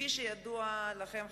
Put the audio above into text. כפי שידוע לכם,